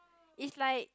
is like